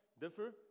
differ